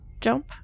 jump